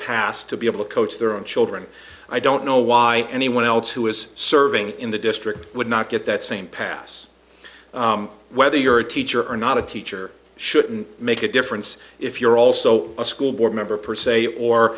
pass to be able to coach their own children i don't know why anyone else who is serving in the district would not get that same pass whether you're a teacher or not a teacher shouldn't make a difference if you're also a school board member per se or